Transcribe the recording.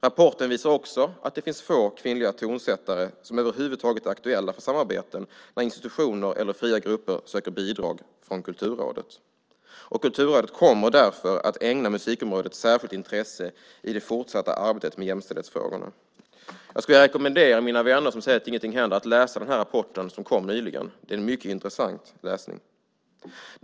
Rapporten visar också att det finns få kvinnliga tonsättare som över huvud taget är aktuella för samarbeten när institutioner eller fria grupper söker bidrag från Kulturrådet. Kulturrådet kommer därför att ägna musikområdet särskilt intresse i det fortsatta arbetet med jämställdhetsfrågorna. Jag skulle vilja rekommendera mina vänner som säger att ingenting händer att läsa den rapport som kom nyligen. Det är en mycket intressant läsning.